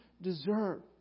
deserve